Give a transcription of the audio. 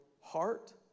heart